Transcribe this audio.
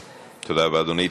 תודה רבה, אדוני.